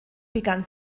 begann